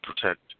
protect